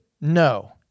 No